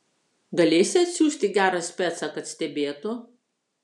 galėsi atsiųsti gerą specą kad stebėtų